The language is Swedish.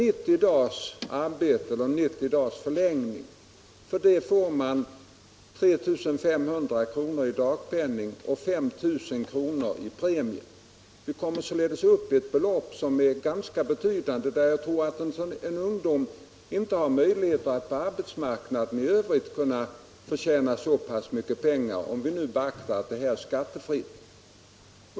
Utbildningen innebär 90 dagars förlängning av tjänsten, och för det får deltagarna ca 3 500 kr. i dagpenning och 5 000 kr. i premie. Man kommer alltså upp till ett belopp som är ganska betydande. Jag tror att en ung pojke inte har stora möjligheter att tjäna lika mycket pengar på arbetsmarknaden i övrigt, om man beaktar att denna ersättning dessutom är skattefri.